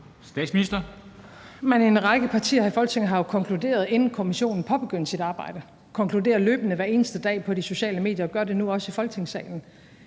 Men en række partier her i Folketinget havde jo konkluderet, inden kommissionen påbegyndte sit arbejde, og de konkluderer løbende hver eneste dag på de sociale medier og gør det nu også i Folketingssalen.